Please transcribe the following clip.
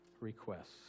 requests